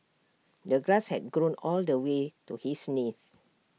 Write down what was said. the grass had grown all the way to his knees